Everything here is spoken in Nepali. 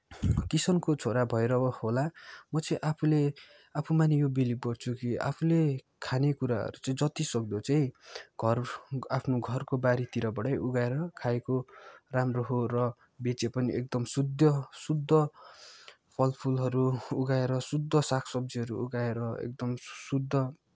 किसानको छोरा भएर होला म चाहिँ आफूले आफूमा नि यो बिलिभ गर्छु कि आफूले खाने कुराहरू चाहिँ ति सक्दो चाहिँ घर आफ्नो घरको बारीतिर बाटै उब्जाएर खाएको राम्रो हो र बेचे पनि एकदम शुद्ध शुद्ध फल फुलहरू उब्जाएर शुद्ध साग सब्जीहरू उब्जाएर एकदम शुद्ध